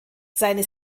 seine